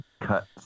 cut